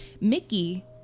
Mickey